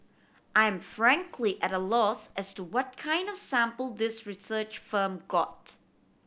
I am frankly at a loss as to what kind of sample this research firm got